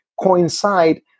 coincide